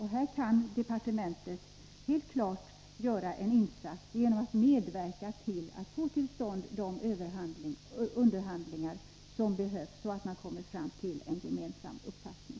Här kan departementet helt klart göra en insats genom att medverka till att få till stånd de underhandlingar som behövs för att man skall komma fram till en gemensam uppfattning.